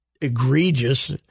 egregious